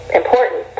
important